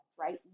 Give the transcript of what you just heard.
right